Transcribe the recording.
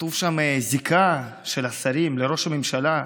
כתוב שם: זיקה של השרים לראש הממשלה,